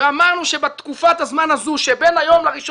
ואמרנו שבתקופת הזמן הזו שבין היום ל-1